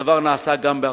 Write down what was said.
הדבר נעשה גם בארצות-הברית.